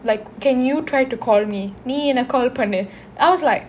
like can you try to call me நீ எனக்கு:nee enakku call பண்னு:pannu I was like